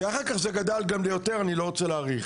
ואחר כך זה גדל גם ליותר אני לא רצה להאריך.